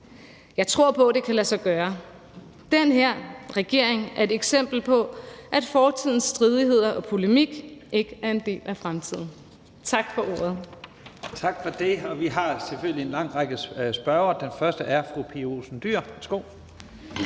Jeg tror på, det kan lade sig gøre. Den her regering er et eksempel på, at fortidens stridigheder og polemik ikke er en del af fremtiden. Tak for ordet.